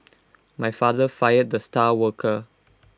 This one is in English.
my father fired the star worker